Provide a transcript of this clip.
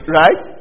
right